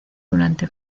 durante